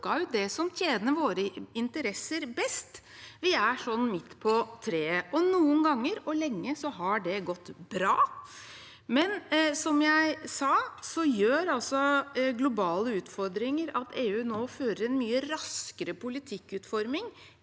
det som tjener våre interesser best. Vi er sånn midt på treet. Noen ganger og lenge har det gått bra, men som jeg sa, gjør globale utfordringer at EU nå fører en mye raskere politikkutforming